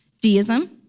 deism